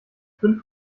fünf